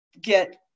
get